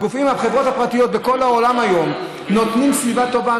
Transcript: החברות הפרטיות בכל העולם היום נותנות סביבה טובה,